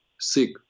Sick